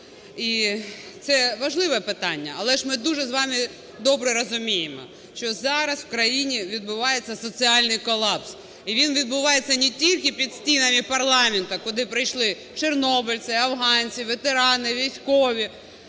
Це важливе питання, але ж ми дуже з вами добре розуміємо, що зараз у країні відбувається соціальний колапс. І він відбувається не тільки під стінами парламенту, куди прийшли чорнобильці, афганці, ветерани, військові,